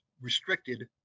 restricted